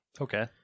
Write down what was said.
Okay